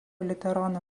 liuteronų